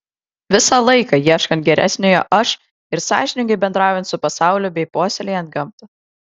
visą laiką ieškant geresniojo aš ir sąžiningai bendraujant su pasauliu bei puoselėjant gamtą